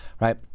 right